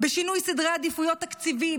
בשינוי סדרי עדיפויות תקציבי,